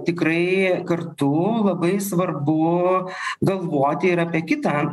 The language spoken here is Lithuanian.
tikrai kartu labai svarbu galvoti ir apie kitą